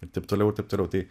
ir taip toliau ir taip toliau tai